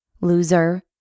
loser